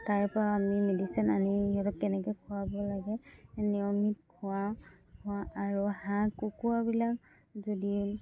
তাৰপৰা আমি মেডিচিন আনি সিহঁতক কেনেকৈ খোৱাব লাগে নিয়মিত খোৱা খোৱা আৰু হাঁহ কুকুৰাাবিলাক যদি